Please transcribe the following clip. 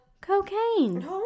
cocaine